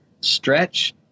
stretch